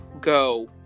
go